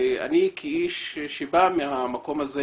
ואני בא מהמקום הזה